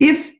if